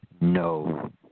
No